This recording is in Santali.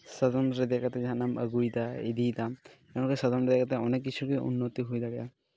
ᱥᱟᱫᱚᱢ ᱨᱮ ᱫᱮᱡ ᱠᱟᱛᱮᱫ ᱡᱟᱦᱟᱱᱟᱜ ᱮᱢ ᱟᱹᱜᱩᱭᱮᱫᱟ ᱤᱫᱤᱭᱮᱫᱟᱢ ᱢᱮᱱᱠᱷᱟᱱ ᱥᱟᱫᱚᱢ ᱨᱮ ᱫᱮᱡ ᱠᱟᱛᱮᱫ ᱚᱱᱮᱠ ᱠᱤᱪᱷᱩ ᱜᱮ ᱩᱱᱱᱚᱛᱤ ᱦᱩᱭ ᱫᱟᱲᱭᱟᱜᱼᱟ